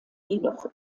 jedoch